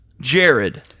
Jared